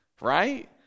Right